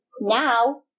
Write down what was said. now